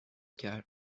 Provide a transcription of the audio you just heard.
کرد